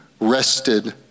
rested